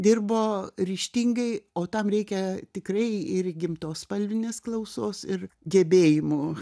dirbo ryžtingai o tam reikia tikrai ir įgimtos spalvinės klausos ir gebėjimų